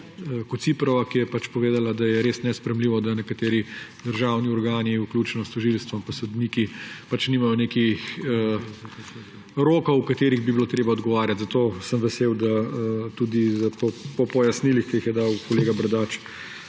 Kociprova, ki je povedala, da je res nesprejemljivo, da nekateri državni organi, vključno s tožilstvom pa sodniki, nimajo nekih rokov, v katerih bi bilo treba odgovarjati. Zato sem vesel, da tudi po pojasnilih, ki jih je dal kolega Bradač,